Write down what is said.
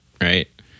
right